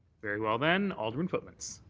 very well, then, alderman pootmans.